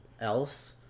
else